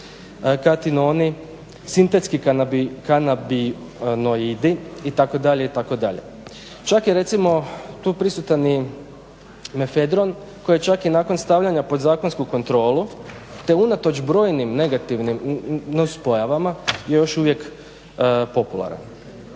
katinoni, sintetski kanabinoidi itd., itd. Čak je recimo tu prisutan i mefedron koji čak i nakon stavljanja pod zakonsku kontrolu te unatoč brojnim negativnim nuspojavama je još uvijek popularan.